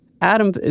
Adam